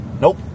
Nope